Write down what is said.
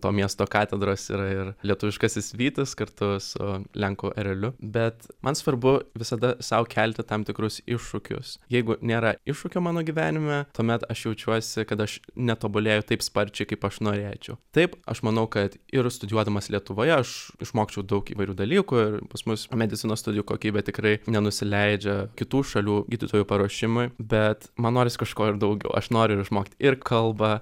to miesto katedros yra ir lietuviškasis vytis kartu su lenkų ereliu bet man svarbu visada sau kelti tam tikrus iššūkius jeigu nėra iššūkio mano gyvenime tuomet aš jaučiuosi kad aš netobulėju taip sparčiai kaip aš norėčiau taip aš manau kad ir studijuodamas lietuvoje aš išmokčiau daug įvairių dalykų ir pas mus medicinos studijų kokybė tikrai nenusileidžia kitų šalių gydytojų paruošimui bet man norisi kažko ir daugiau aš noriu išmokt ir kalbą